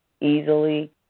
easily